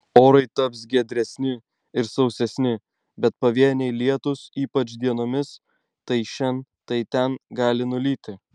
orai taps giedresni ir sausesni bet pavieniai lietūs ypač dienomis tai šen tai ten gali nulyti